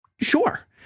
Sure